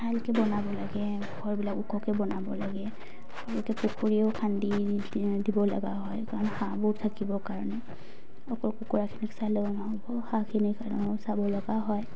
ভালকে বনাব লাগে ঘৰবিলাক ওখকে বনাব লাগে পুখুৰীও খান্দি দিব লগা হয় কাৰণ হাঁহবোৰ থাকিবৰ কাৰণে অকল কুকুৰাখিনিক চালেও নহ'ব হাঁহখিনিৰ কাৰণেও চাব লগা হয়